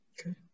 Okay